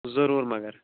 ضروٗر مگر